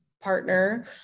partner